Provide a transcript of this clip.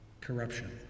Corruption